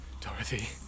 Dorothy